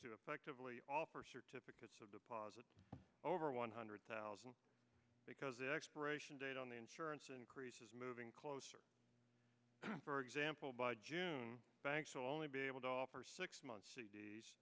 to effectively offer certificates of deposits over one hundred thousand because the expiration date on the insurance increases moving closer for example by june banks will only be able to offer six months